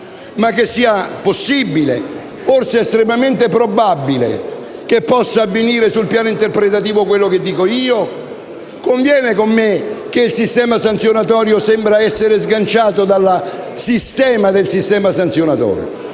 ma che sia possibile, forse estremamente probabile - che possa avvenire sul piano interpretativo quello che dico io? Conviene con me che il sistema sanzionatorio dei reati per terrorismo non può essere sganciato dal sistema sanzionatorio